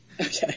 Okay